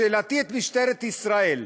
שאלתי את משטרת ישראל,